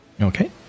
okay